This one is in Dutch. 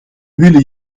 willen